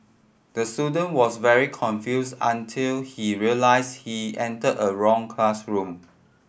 the student was very confused until he realised he entered a wrong classroom